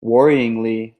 worryingly